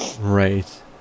Right